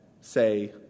say